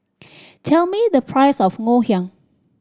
tell me the price of Ngoh Hiang